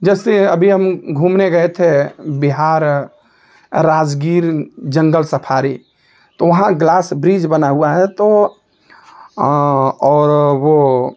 जैसे अभी हम घूमने गए थे बिहार ए राजगीर जंगल सफारी तो वहाँ ग्लास ब्रीज बना हुआ है तो और वह